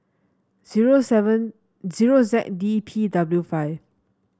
zero seven zero Z D P W five